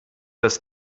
das